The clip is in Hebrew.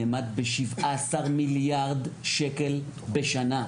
נאמד ב-17 מיליארד שקל בשנה.